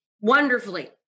wonderfully